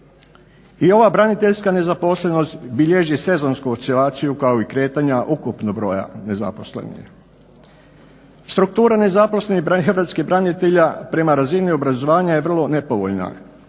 I ova braniteljska nezaposlenost bilježi sezonsku oscilaciju kao i kretanja ukupnog broja nezaposlenih. Struktura nezaposlenih hrvatskih branitelja prema razini obrazovanja je vrlo nepovoljna